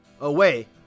away